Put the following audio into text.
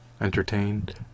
Entertained